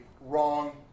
wrong